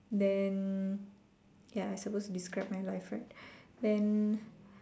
then ya I suppose to describe my life right then